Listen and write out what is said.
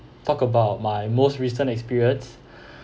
talk about my most recent experience